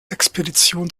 expedition